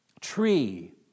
tree